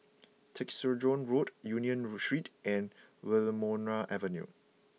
Tessensohn Road Union Street and Wilmonar Avenue